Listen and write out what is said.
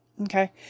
Okay